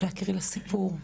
להקריא לה סיפור.